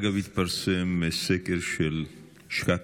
אגב, התפרסם סקר של שקאקי: